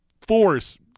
force